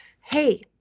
hey